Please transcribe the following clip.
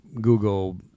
Google